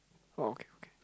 oh okay okay